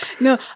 No